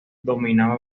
dominaba